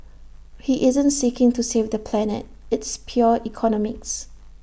he isn't seeking to save the planet it's pure economics